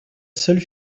seule